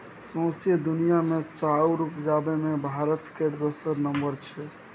सौंसे दुनिया मे चाउर उपजाबे मे भारत केर दोसर नम्बर छै